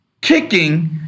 kicking